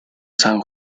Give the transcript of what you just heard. san